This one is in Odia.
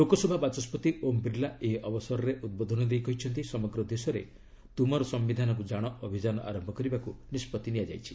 ଲୋକସଭା ବାଚସ୍କତି ଓମ୍ ବିର୍ଲା ଏହି ଅବସରରେ ଉଦ୍ବୋଧନ ଦେଇ କହିଛନ୍ତି ସମଗ୍ର ଦେଶରେ ତୁମର ସମ୍ଭିଧାନକୁ ଜାଣ ଅଭିଯାନ ଆରମ୍ଭ କରିବାକୁ ନିଷ୍କଭି ନିଆଯାଇଛି